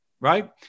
right